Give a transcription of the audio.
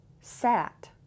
sat